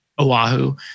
Oahu